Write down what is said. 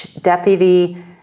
deputy